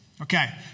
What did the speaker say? Okay